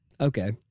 okay